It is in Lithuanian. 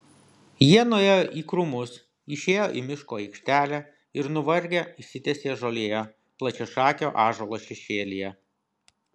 jie nuėjo į krūmus išėjo į miško aikštelę ir nuvargę išsitiesė žolėje plačiašakio ąžuolo šešėlyje